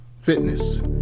fitness